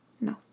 no